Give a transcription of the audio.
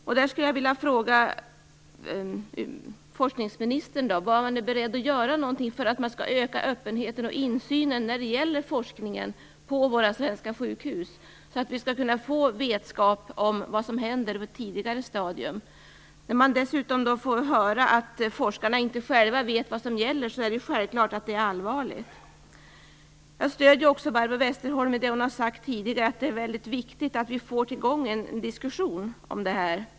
Jag skulle vilja fråga forskningsministern om han är beredd att göra någonting för att öka öppenheten och insynen när det gäller forskningen på våra svenska sjukhus. Då kan vi få vetskap om vad som händer på ett tidigare stadium. Dessutom får man höra att forskarna inte själva vet vad som gäller. Det är självklart allvarligt. Jag stöder också Barbro Westerholm i det som hon har sagt tidigare om att det är viktigt att vi får till stånd en diskussion om det här.